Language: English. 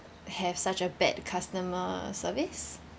have such a bad customer service